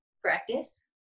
practice